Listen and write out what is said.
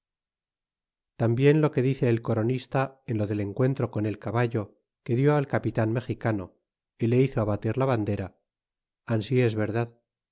tambien lo que dice el coronista en lo del encuentro con el caballo que clic al capitan mexicano y le hizo abatir la bandera ansi es verdad